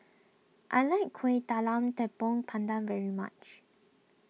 I like Kuih Talam Tepong Pandan very much